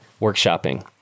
workshopping